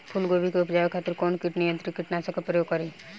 फुलगोबि के उपजावे खातिर कौन कीट नियंत्री कीटनाशक के प्रयोग करी?